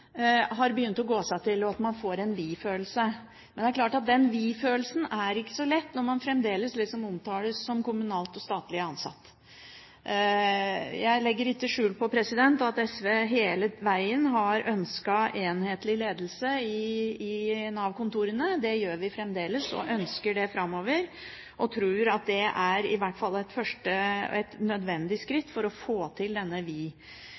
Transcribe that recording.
gå seg til, og at man får en vi-følelse. Men det er klart at den vi-følelsen ikke er så lett når man fremdeles omtales som kommunalt og statlig ansatt. Jeg legger ikke skjul på at SV hele vegen har ønsket enhetlig ledelse i Nav-kontorene. Det gjør vi fremdeles og ønsker det framover, og vi tror at det i hvert fall er et nødvendig skritt for å få til denne